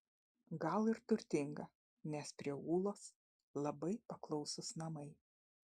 gal ir turtinga nes prie ūlos labai paklausūs namai